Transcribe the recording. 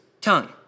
tongue